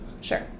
Sure